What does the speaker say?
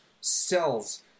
cells